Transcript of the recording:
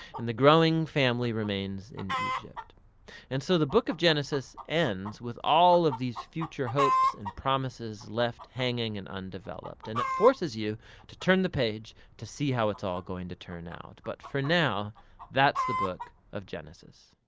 the growing family remains in egypt and so the book of genesis ends with all of these future hopes and promises left hanging and undeveloped. and it forces you to turn the page to see how it's all going to turn out. but for now that's the book of genesis.